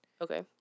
Okay